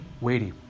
Weighty